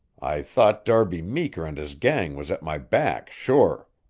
i thought darby meeker and his gang was at my back, sure.